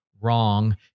wrong